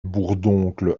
bourdoncle